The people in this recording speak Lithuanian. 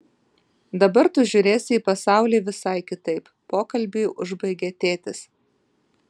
dabar tu žiūrėsi į pasaulį visai kitaip pokalbį užbaigė tėtis